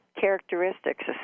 characteristics